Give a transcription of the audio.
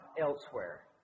elsewhere